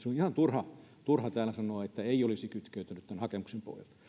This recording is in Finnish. on ihan turha turha täällä sanoa että ei olisi kytkeytynyt tämän hakemuksen pohjalta